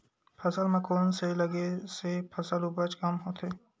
फसल म कोन से लगे से फसल उपज कम होथे?